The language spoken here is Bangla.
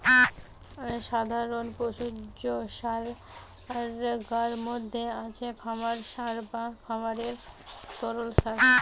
সাধারণ পশুজ সারগার মধ্যে আছে খামার সার বা খামারের তরল সার